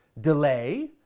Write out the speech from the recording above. delay